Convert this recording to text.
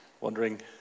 wondering